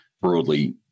broadly